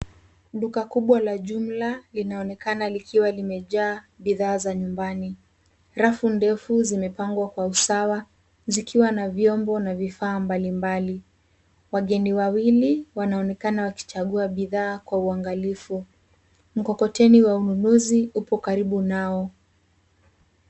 Duka kubwa la jumla linaonekana likiwa limejaa bidhaa za nyumbani. Rafu ndefu zimepangwa kwa usawa zikiwa na vyombo na vifaa mbalimbali. Wageni wawili wanaonekana wakichagua bidhaa kwa uangalifu. Mkokoteni wa ununuzi upo karibu nao.